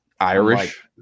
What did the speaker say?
Irish